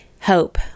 hope